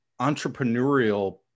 entrepreneurial